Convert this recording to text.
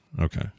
okay